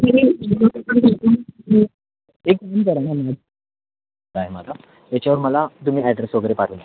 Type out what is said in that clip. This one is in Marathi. आहे माझा याच्यावर मला तुम्ही अॅड्रेस वगैरे पाठवून द्या